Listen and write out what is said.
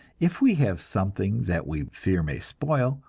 if we have something that we fear may spoil,